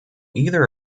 either